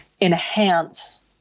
enhance